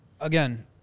Again